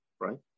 right